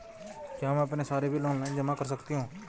क्या मैं अपने सारे बिल ऑनलाइन जमा कर सकती हूँ?